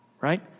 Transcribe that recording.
right